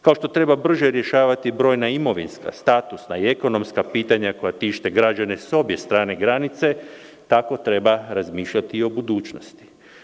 Kao što treba brže rješavati brojna imovinska, statusna i ekonomska pitanja koja tište građane s obje strane granice, tako treba razmišljati i o budućnosti.